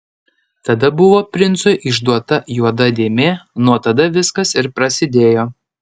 tada buvo princui išduota juoda dėmė nuo tada viskas ir prasidėjo